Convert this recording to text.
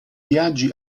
viaggi